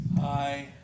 Hi